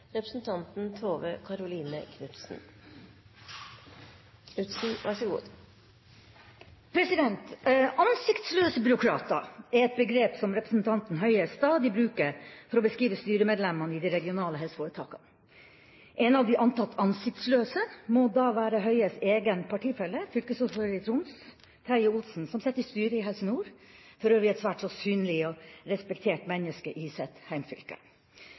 representanten Høie stadig bruker for å beskrive styremedlemmene i de regionale helseforetakene. En av de antatt ansiktsløse må da være Høies egen partifelle som sitter i styret i Helse Nord, fylkesordføreren i Troms, Terje Olsen – for øvrig et svært så synlig og respektert menneske i sitt